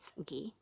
Okay